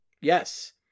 Yes